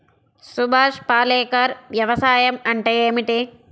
సుభాష్ పాలేకర్ వ్యవసాయం అంటే ఏమిటీ?